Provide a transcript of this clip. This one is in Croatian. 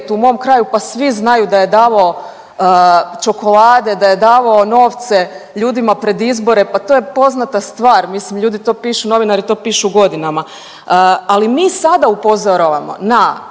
u mom kraju, pa svi znaju da je davao čokolade, da je davao novce ljudima pred izbore, pa to je poznata stvar, mislim ljudi to pišu, novinari to pišu godinama. Ali mi sada upozoravamo na